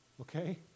okay